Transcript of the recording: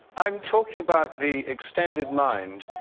i'm talking about the extended mind,